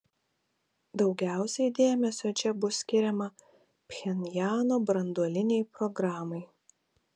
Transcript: daugiausiai dėmesio čia bus skiriama pchenjano branduolinei programai